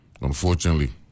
unfortunately